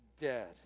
dead